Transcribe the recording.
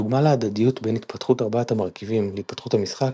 דוגמה להדדיות בין התפתחות ארבעת המרכיבים להתפתחות המשחק,